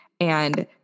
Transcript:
and-